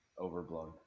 overblown